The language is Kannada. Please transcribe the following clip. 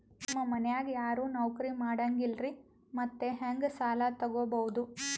ನಮ್ ಮನ್ಯಾಗ ಯಾರೂ ನೌಕ್ರಿ ಮಾಡಂಗಿಲ್ಲ್ರಿ ಮತ್ತೆಹೆಂಗ ಸಾಲಾ ತೊಗೊಬೌದು?